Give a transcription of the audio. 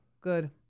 Good